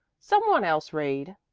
some one else read.